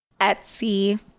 Etsy